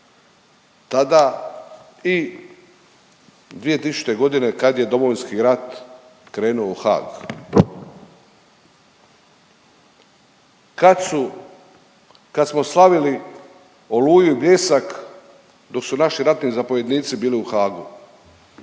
tada i 2000. godine kad je Domovinski rat krenuo u Haag, kad su, kad smo slavili Oluju i Bljesak dok su naši ratni zapovjednici bili u Haagu.